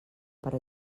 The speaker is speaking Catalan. per